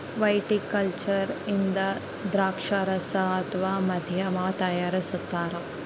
viticulture ಇಂದ ದ್ರಾಕ್ಷಾರಸ ಅಥವಾ ಮದ್ಯವನ್ನು ತಯಾರಿಸ್ತಾರ